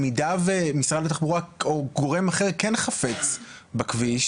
במידה ומשרד התחבורה או גורם אחר כן חפץ בכביש,